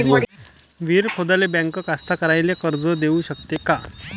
विहीर खोदाले बँक कास्तकाराइले कर्ज देऊ शकते का?